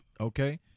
okay